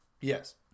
Yes